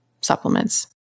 supplements